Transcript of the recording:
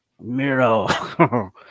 Miro